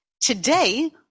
Today